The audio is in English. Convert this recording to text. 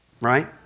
Right